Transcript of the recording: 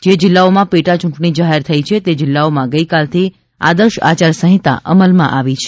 જે જિલ્લાઓમાં પેટાચૂંટણી જાહેર થઇ છે તે જિલ્લાઓમાં ગઇકાલથી આદર્શ આચારસંહિતા અમલમાં આવી છે